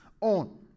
on